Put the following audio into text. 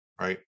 right